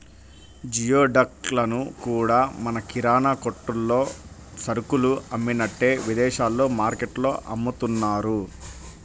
geoduck లను కూడా మన కిరాణా కొట్టుల్లో సరుకులు అమ్మినట్టే విదేశాల్లో మార్టుల్లో అమ్ముతున్నారు